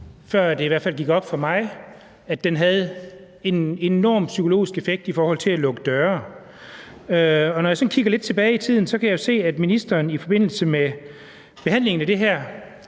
før det i hvert fald gik op for mig, at den havde en enorm psykologisk effekt i forhold til at lukke døre. Og når jeg sådan kigger lidt tilbage i tiden, kan jeg jo se, at ministeren i forbindelse med behandlingen af det her